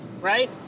Right